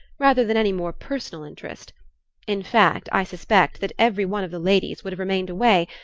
rather than any more personal interest in fact, i suspect that every one of the ladies would have remained away,